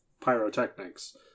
pyrotechnics